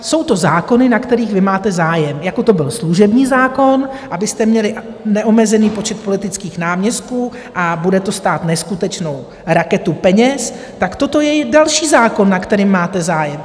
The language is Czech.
Jsou to zákony, na kterých vy máte zájem, jako to byl služební zákon, abyste měli neomezený počet politických náměstků, a bude to stát neskutečnou raketu peněz, tak toto je další zákon, na kterém máte zájem.